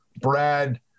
Brad